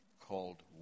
called